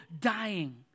dying